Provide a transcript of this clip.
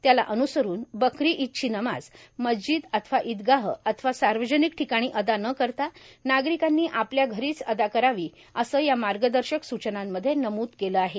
त्याला अनुसरून बकरी ईदची नमाज मस्जिद अथवा ईदगाह अथवा सार्वजनिक ठिकाणी अदा न करता नागरिकांनी आपल्या घरीच अदा करावी असं या मार्गदर्शक स्चनांमध्ये नम्द केलं आहे